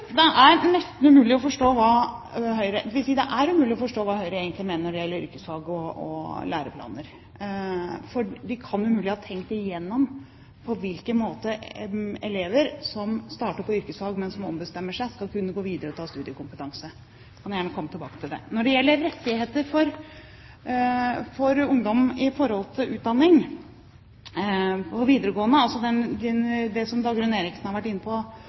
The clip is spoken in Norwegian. Det er nesten umulig å forstå hva Høyre egentlig mener når det gjelder yrkesfag og læreplaner. De kan umulig ha tenkt igjennom på hvilken måte elever som starter på yrkesfag, men som ombestemmer seg, skal kunne gå videre og ta studiekompetanse. Jeg kan gjerne komme tilbake til det. Når det gjelder rettigheter for ungdom til utdanning – også videregående – som Dagrun Eriksen har vært inne på